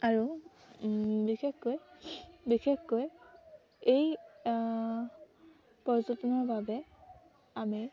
আৰু বিশেষকৈ বিশেষকৈ এই পৰ্যটনৰ বাবে আমি